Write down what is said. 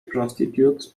prostitutes